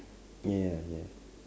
ya ya